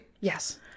yes